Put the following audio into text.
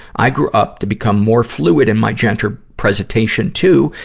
i grew up to become more fluid in my gender presentation, too,